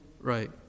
right